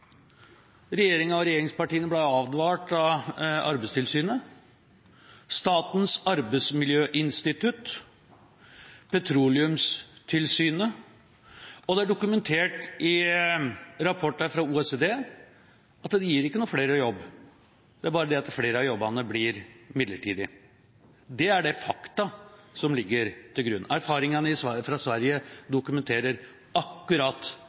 Regjeringa og regjeringspartiene ble advart av Arbeidstilsynet, Statens Arbeidsmiljøinstitutt og Petroleumstilsynet, og det er dokumentert i rapporter fra OECD at det ikke gir flere jobb, det er bare det at flere av jobbene blir midlertidige. Det er de fakta som ligger til grunn. Erfaringene fra Sverige dokumenterer akkurat